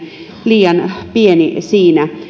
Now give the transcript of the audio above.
liian pieni siinä